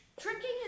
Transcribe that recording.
tricking